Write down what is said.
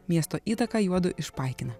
miesto įtaka juodu išpaikina